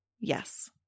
Yes